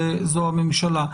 זאת הממשלה.